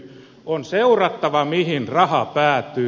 on seurattava mihin raha päätyy